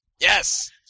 Yes